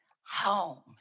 home